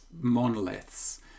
monoliths